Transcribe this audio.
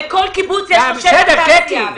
הרי לכל קיבוץ יש שטח תעשייה.